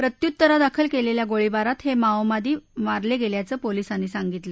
प्रत्युत्तरादाखल केलेल्या गोळीबारात हे माओवादी मारले गेल्याचं पोलिसांनी सांगितलं